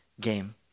game